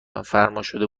فرماشده